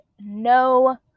no